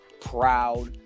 proud